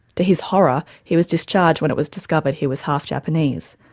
to his horror, he was discharged when it was discovered he was half-japanese,